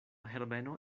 herbeno